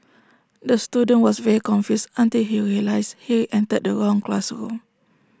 the student was very confused until he realised he entered the wrong classroom